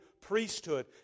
priesthood